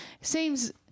seems